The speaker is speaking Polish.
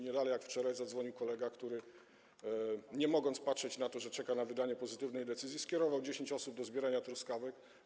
Nie dalej jak wczoraj zadzwonił kolega, który nie mogąc patrzeć na to, że czeka na wydanie pozytywnej decyzji, skierował 10 osób do zbierania truskawek.